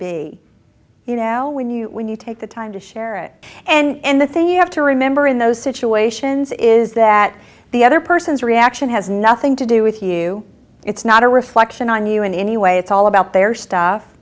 be you know when you when you take the time to share it and the thing you have to remember in those situations is that the other person's reaction has nothing to do with you it's not a reflection on you in any way it's all about their stuff